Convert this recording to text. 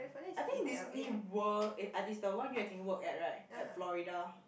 I think Disney World eh ah is the one Yue-Ting work at right at Florida